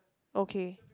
okay